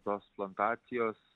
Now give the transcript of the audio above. tos plantacijos